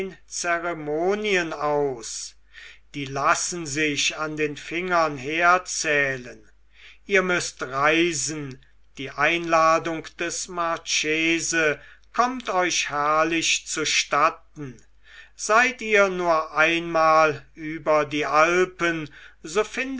zeremonien aus die lassen sich an den fingern herzählen ihr müßt reisen die einladung des marchese kommt euch herrlich zustatten seid ihr nur einmal über die alpen so findet